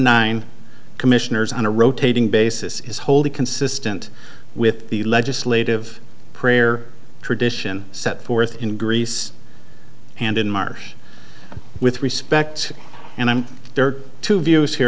nine commissioners on a rotating basis is wholly consistent with the legislative prayer tradition set forth in greece and in marsh with respect and i'm there are two views here